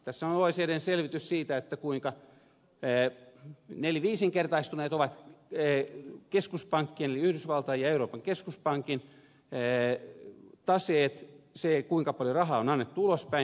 tässä on oecdn selvitys siitä kuinka viisinkertaistuneet ovat keskuspankkien eli yhdysvaltain ja euroopan keskuspankin taseet se kuinka paljon rahaa on annettu ulospäin